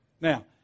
Now